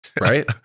Right